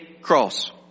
cross